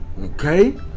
Okay